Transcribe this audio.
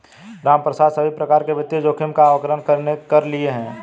रामप्रसाद सभी प्रकार के वित्तीय जोखिम का आंकलन कर लिए है